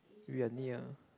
we are near